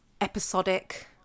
episodic